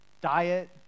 diet